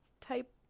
type